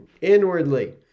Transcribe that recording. inwardly